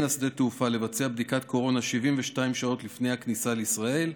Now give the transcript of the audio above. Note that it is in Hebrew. שדה תעופה לבצע בדיקת קורונה 72 שעות לפני הכניסה לישראל,